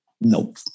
Nope